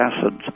acids